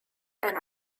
eine